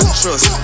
trust